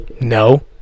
No